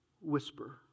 whisper